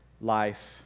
life